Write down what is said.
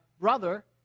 brother